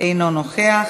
אינו נוכח,